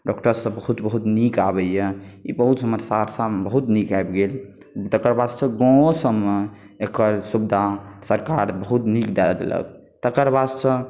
डॉक्टरसभ बहुत नीक आबैए ई बहुत हमर सहरसामे बहुत नीक आबि गेल तकर बादसँ गाँवोसभमे एकर सुविधा सरकार बहुत नीक दए देलक तकर बादसँ